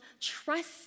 trust